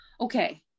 okay